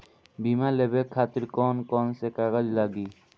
बीमा लेवे खातिर कौन कौन से कागज लगी?